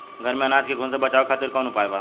घर में अनाज के घुन से बचावे खातिर कवन उपाय बा?